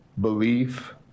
belief